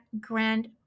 grand